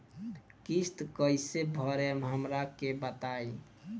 किस्त कइसे भरेम हमरा के बताई?